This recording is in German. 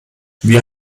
wir